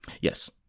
Yes